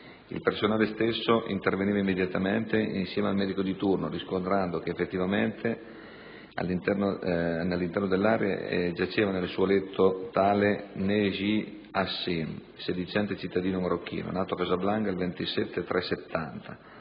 Il personale stesso interveniva immediatamente insieme al medico di turno riscontrando che, effettivamente, all'interno dell'area giaceva nel suo letto tale Neji Hassan, sedicente cittadino marocchino, nato a Casablanca il 27